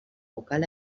vocal